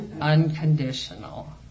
unconditional